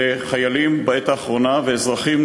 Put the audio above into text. ונרצחו, בעת האחרונה, חיילים ואזרחים,